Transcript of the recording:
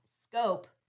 scope